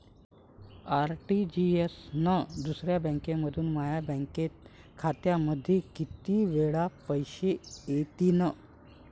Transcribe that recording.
RTGS न दुसऱ्या बँकेमंधून माया बँक खात्यामंधी कितीक वेळातं पैसे येतीनं?